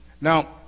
Now